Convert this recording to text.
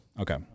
Okay